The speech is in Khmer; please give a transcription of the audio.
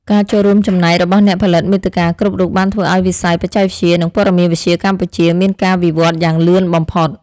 ការចូលរួមចំណែករបស់អ្នកផលិតមាតិកាគ្រប់រូបបានធ្វើឱ្យវិស័យបច្ចេកវិទ្យា និងព័ត៌មានវិទ្យាកម្ពុជាមានការវិវឌ្ឍយ៉ាងលឿនបំផុត។